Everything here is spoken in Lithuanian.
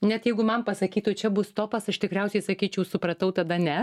net jeigu man pasakytų čia bus topas aš tikriausiai sakyčiau supratau tada ne